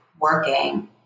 working